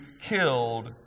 killed